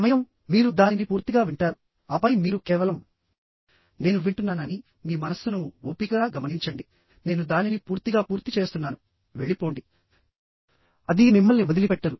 సమయం మీరు దానిని పూర్తిగా వింటారు ఆపై మీరు కేవలం నేను వింటున్నానని మీ మనస్సును ఓపికగా గమనించండి నేను దానిని పూర్తిగా పూర్తి చేస్తున్నాను వెళ్ళిపోండి అది మిమ్మల్ని వదిలి పెట్టదు